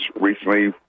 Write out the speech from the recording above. recently